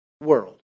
world